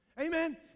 amen